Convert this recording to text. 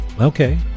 Okay